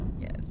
yes